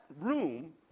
room